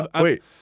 Wait